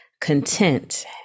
content